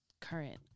current